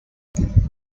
make